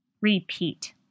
Repeat